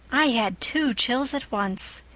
i had two chills at once.